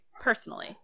personally